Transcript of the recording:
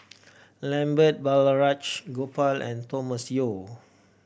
Lambert Balraj Gopal and Thomas Yeo